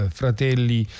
fratelli